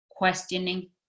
questioning